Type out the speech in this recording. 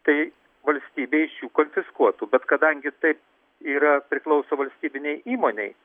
tai valstybė iš jų konfiskuotų bet kadangi tai yra priklauso valstybinei įmonei